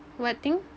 what thing